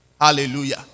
Hallelujah